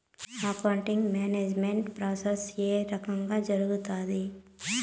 accounting management process ఏ రకంగా జరుగుతాది